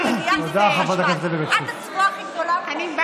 יש פה איזו חברת כנסת שאני לא יודעת למה היא צועקת.